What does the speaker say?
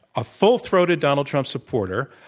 a full-throated donald trump supporter.